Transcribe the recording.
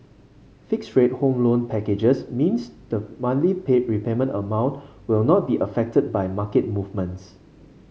fixed rate home loan packages means the monthly pay repayment amount will not be affected by market movements